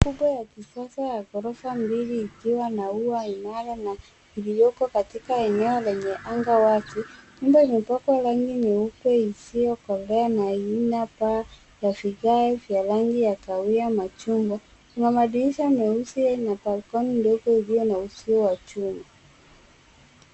Jengo la kisasa la ghorofa mbili ikiwa na ua ingaayo na iliyoko katika eneo lenye anga wazi. Nyumba imepakwa rangi nyeupe isiyokolea na lina paa la vigae vya rangi ya kahawia machungwa. Kuna madirisha meusi yenye balconi ndogo iliyo na uzio wa chuma.